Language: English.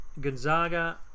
Gonzaga